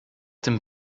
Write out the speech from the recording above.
dem